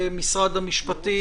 משרד המשפטים,